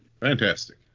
Fantastic